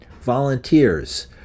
volunteers